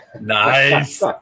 Nice